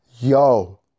yo